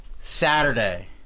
Saturday